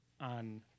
on